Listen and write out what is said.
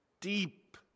deep